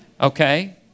okay